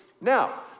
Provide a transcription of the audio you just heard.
Now